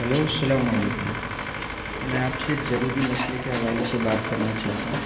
hello السلام علیکم میں آپ سے ایک ضروری مسئلے کے حوالے سے بات کرنا چاہتا ہوں